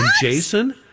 Jason